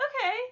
Okay